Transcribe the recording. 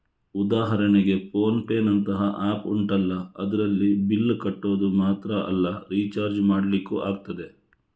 ಉದಾಹರಣೆಗೆ ಫೋನ್ ಪೇನಂತಹ ಆಪ್ ಉಂಟಲ್ಲ ಅದ್ರಲ್ಲಿ ಬಿಲ್ಲ್ ಕಟ್ಟೋದು ಮಾತ್ರ ಅಲ್ಲ ರಿಚಾರ್ಜ್ ಮಾಡ್ಲಿಕ್ಕೂ ಆಗ್ತದೆ